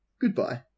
Goodbye